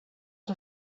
her